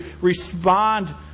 respond